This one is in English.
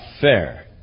fair